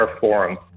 forum